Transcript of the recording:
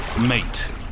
mate